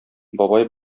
бабай